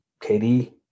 KD